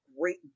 great